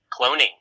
cloning